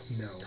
No